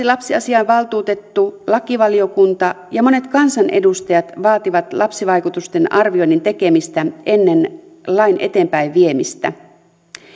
lapsiasiavaltuutettu lakivaliokunta ja monet kansanedustajat vaativat lapsivaikutusten arvioinnin tekemistä ennen lain eteenpäinviemistä